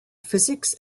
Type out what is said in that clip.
physics